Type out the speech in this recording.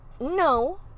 No